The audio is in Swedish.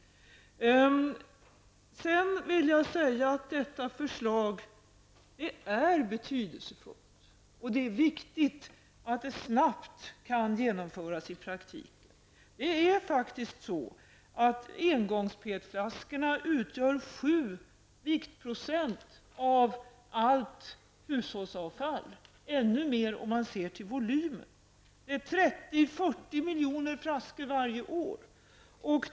Det är angeläget att det föreliggande förslaget, som är mycket betydelsefullt, kan genomföras i praktiken. Engångsflaskorna, dvs. PET-flaskorna, utgör 7 viktprocent av allt hushållsavfall och ännu mer om man ser till volymen. Det rör sig om 30--40 miljoner flaskor per år.